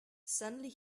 suddenly